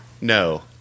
No